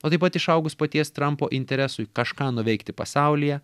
o taip pat išaugus paties trampo interesui kažką nuveikti pasaulyje